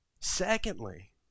Secondly